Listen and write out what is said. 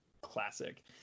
classic